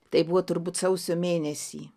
tai buvo turbūt sausio mėnesį